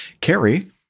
Carrie